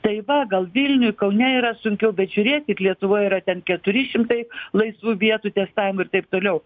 tai va gal vilniuj kaune yra sunkiau bet žiūrėkit lietuvoj yra ten keturi šimtai laisvų vietų testavimo ir taip toliau